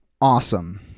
awesome